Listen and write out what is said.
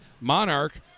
Monarch